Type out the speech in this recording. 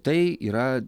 tai yra